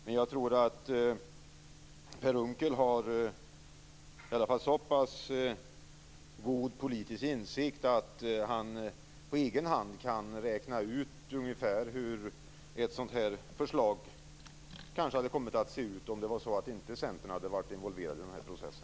Men jag tror att Per Unckel i alla fall har så pass god politisk insikt att han på egen hand kan räkna ut ungefär hur ett sådant här förslag kanske hade kommit att se ut om inte Centern hade varit involverad i processen.